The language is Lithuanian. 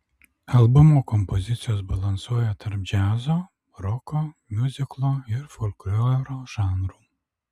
albumo kompozicijos balansuoja tarp džiazo roko miuziklo ir folkloro žanrų